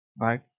right